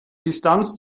distanz